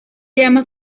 llama